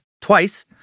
twice